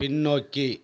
பின்னோக்கி